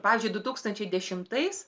pavyzdžiui du tūkstančiai dešimtais